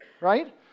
right